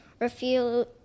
refuse